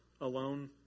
Alone